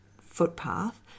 footpath